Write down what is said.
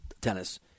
tennis